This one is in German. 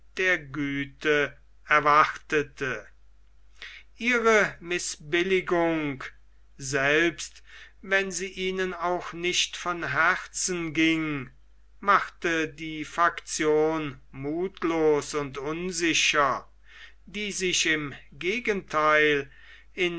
der güte erwartete ihre mißbilligung selbst wenn sie ihnen auch nicht von herzen ging machte die faktion muthlos und unsicher die sich im gegentheil in